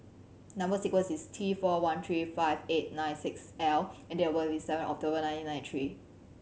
number sequence is T four one three five eight nine six L and date of birth is seven October nineteen ninety three